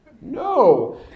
No